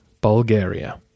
Bulgaria